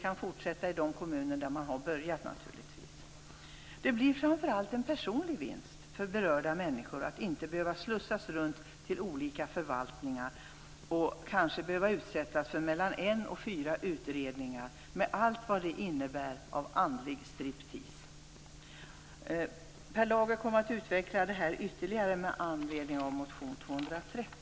Naturligtvis kan de kommuner fortsätta som har börjat. Framför allt blir det en personlig vinst för berörda människor att inte behöva slussas runt till olika förvaltningar och att kanske slippa utsättas för en-fyra utredningar med allt vad det innebär av andlig striptease. Per Lager kommer att utveckla detta ytterligare med anledning av motion Sf230.